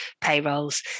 payrolls